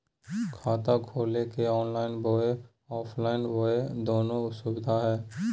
खाता खोले के ऑनलाइन बोया ऑफलाइन बोया दोनो सुविधा है?